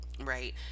right